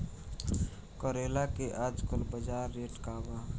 करेला के आजकल बजार रेट का बा?